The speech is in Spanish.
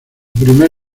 primer